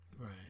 right